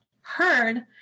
heard